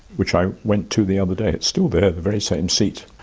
which i went to the other day, it's still there, the very same seat,